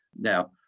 Now